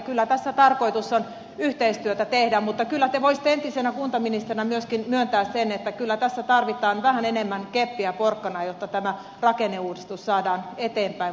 kyllä tässä tarkoitus on yhteistyötä tehdä mutta kyllä te voisitte entisenä kuntaministerinä myöskin myöntää sen että tässä tarvitaan vähän enemmän keppiä ja porkkanaa jotta tämä rakenneuudistus saadaan eteenpäin